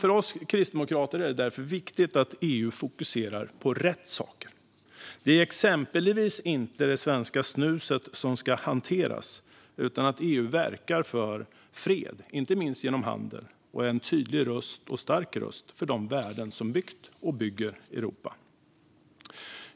För oss kristdemokrater är det därför viktigt att EU fokuserar på rätt saker. Det är exempelvis inte det svenska snuset som ska hanteras. EU ska verka för fred, inte minst genom handel, och vara en tydlig och stark röst för de värden som byggt och bygger Europa.